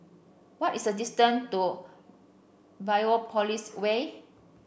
what is the distance to Biopolis Way